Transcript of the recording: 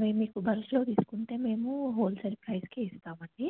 మేము మీకు ఫస్ట్లో తీసుకుంటే మేము హోల్సేల్ ప్రైస్కే ఇస్తామండి